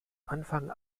anfang